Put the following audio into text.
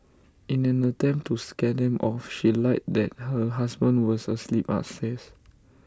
in an attempt to scare them off she lied that her husband was asleep upstairs